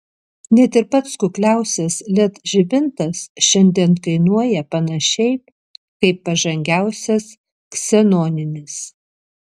net ir pats kukliausias led žibintas šiandien kainuoja panašiai kaip pažangiausias ksenoninis